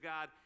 God